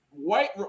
White